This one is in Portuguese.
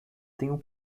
tenho